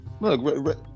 Look